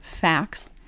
Facts